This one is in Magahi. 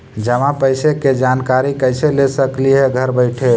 जमा पैसे के जानकारी कैसे ले सकली हे घर बैठे?